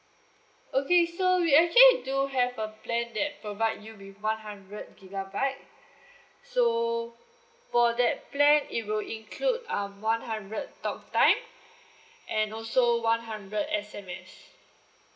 okay so we actually do have a plan that provide you with one hundred gigabyte so for that plan it will include um one hundred talk time and also one hundred S_M_S